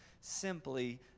simply